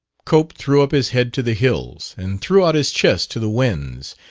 cope threw up his head to the hills and threw out his chest to the winds,